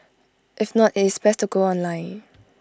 if not IT is best to go online